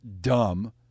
dumb